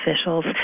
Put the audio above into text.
officials